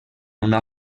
una